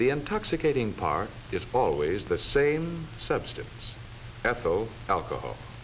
the intoxicating part is always the same substance etho alcohol